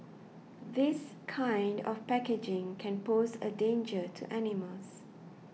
this kind of packaging can pose a danger to animals